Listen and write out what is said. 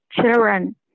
children